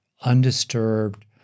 undisturbed